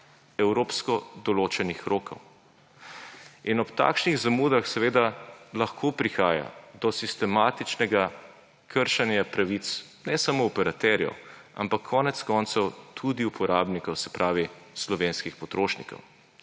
evropsko določenih rokov in ob takšnih zamudah, seveda, lahko prihaja do sistematičnega kršenja pravic ne samo operaterjev, ampak konec koncev tudi uporabnikov; se pravi, slovenskih potrošnikov.